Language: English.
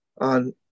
on